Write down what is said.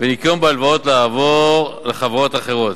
וניכיון בהלוואות לעבור לחברות אחרות,